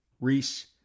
Reese